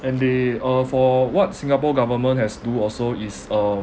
and they uh for what singapore government has do also is um